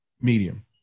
medium